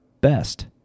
best